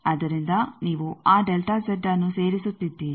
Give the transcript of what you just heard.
ಆದ್ದರಿಂದ ನೀವು ಆ ಅನ್ನು ಸೇರಿಸುತ್ತಿದ್ದೀರಿ